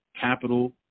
capital